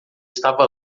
estava